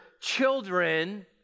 children